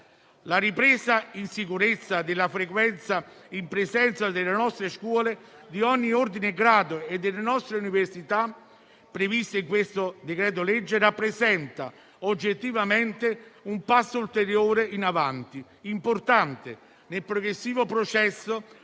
La ripresa in sicurezza della frequenza in presenza nelle nostre scuole di ogni ordine e grado e delle nostre università, prevista nel decreto-legge n. 111 rappresenta oggettivamente un passo ulteriore in avanti, importante nel progressivo processo